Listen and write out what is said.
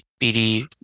BD